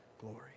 glory